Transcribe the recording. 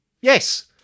yes